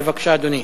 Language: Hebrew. בבקשה, אדוני.